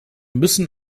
müssen